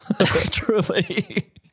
Truly